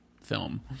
film